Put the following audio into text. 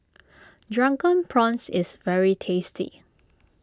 Drunken Prawns is very tasty